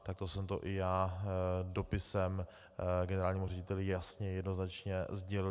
Takto jsem to i já dopisem generálnímu řediteli jasně a jednoznačně sdělil.